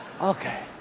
Okay